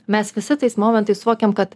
mes visi tais momentais suvokiam kad